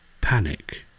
Panic